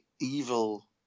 evil